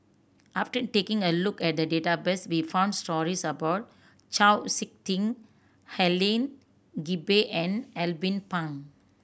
after taking a look at the database we found stories about Chau Sik Ting Helen Gilbey and Alvin Pang